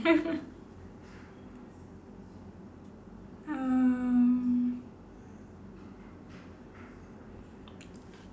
um